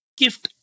gift